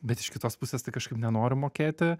bet iš kitos pusės tai kažkaip nenoriu mokėti